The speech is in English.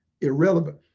irrelevant